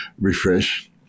refresh